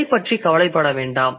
அதைப் பற்றிக் கவலைப்பட வேண்டாம்